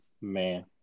Man